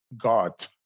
God